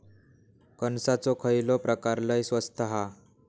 कणसाचो खयलो प्रकार लय स्वस्त हा?